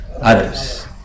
others